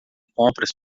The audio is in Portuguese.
compras